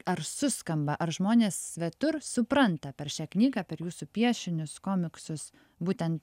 ar suskamba ar žmonės svetur supranta per šią knygą per jūsų piešinius komiksus būten